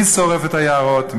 מי שורף את היערות,